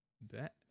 Bet